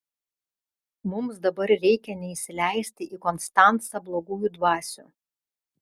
mums dabar reikia neįsileisti į konstancą blogųjų dvasių